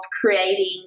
creating